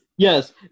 Yes